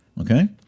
okay